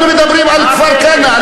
אנחנו מדברים על כפר-כנא.